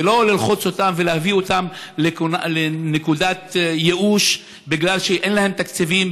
ולא ללחוץ אותם ולהביא אותם לנקודת ייאוש בגלל שאין להם תקציבים,